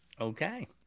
okay